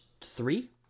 three